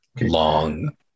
long